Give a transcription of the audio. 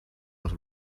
was